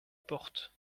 porte